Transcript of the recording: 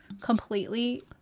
completely